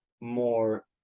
more